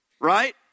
Right